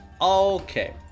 Okay